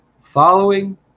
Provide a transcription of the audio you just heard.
following